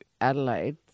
Adelaide